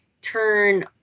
turn